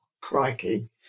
Crikey